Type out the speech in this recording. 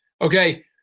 okay